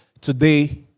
today